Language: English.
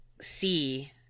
see